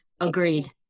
Agreed